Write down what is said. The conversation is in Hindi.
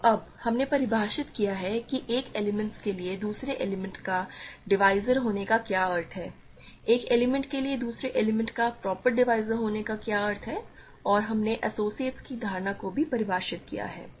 तो अब हमने परिभाषित किया है कि एक एलिमेंट के लिए दूसरे एलिमेंट का डिवीज़र होने का क्या अर्थ है एक एलिमेंट के लिए दूसरे एलिमेंट का प्रॉपर डिवीज़र होने का क्या अर्थ है और हमने एसोसिएट्स की धारणा को भी परिभाषित किया है